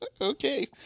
Okay